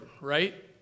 right